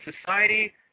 society